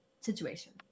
situation